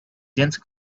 dense